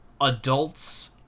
adults